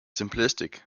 simplistic